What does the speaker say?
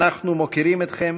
אנחנו מוקירים אתכם,